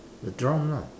the drum lah